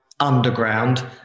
underground